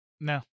No